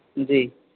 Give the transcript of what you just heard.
जी